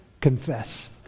confess